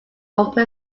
open